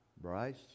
Bryce